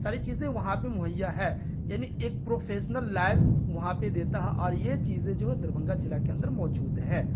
ساری چیزیں وہاں پہ مہیا ہے یعنی ایک پروفیسنل لائف وہاں پہ دیتا ہے اور یہ چیزیں جو ہے دربھنگہ ضلع کے اندر موجود ہے